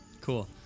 cool